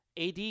AD